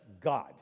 God